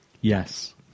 Yes